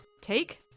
Take